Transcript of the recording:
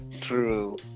true